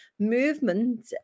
movement